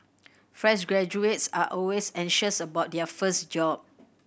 fresh graduates are always anxious about their first job